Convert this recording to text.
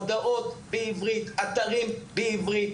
הודעות בעברית, אתרים בעברית.